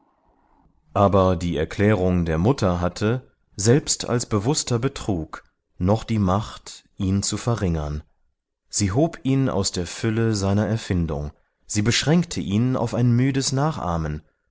aber die erklärung der mutter hatte selbst als bewußter betrug noch die macht ihn zu verringern sie hob ihn aus der fülle seiner erfindung sie beschränkte ihn auf ein müdes nachahmen